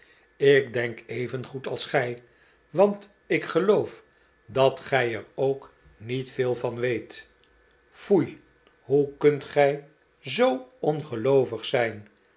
ik denk evengoed als gij want ik geloof dat gij er ook niet veel van weet foei hoe kunt gij zoo ongeloovig zijn